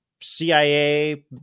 CIA